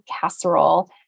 casserole